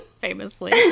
Famously